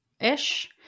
ish